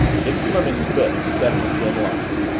dick fleming's lips set in a thin line.